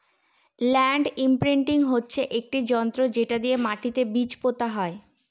land imprint হচ্ছে একটি যন্ত্র যেটা দিয়ে মাটিতে বীজ পোতা হয়